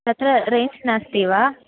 तत्र रेञ्ज् नास्ति वा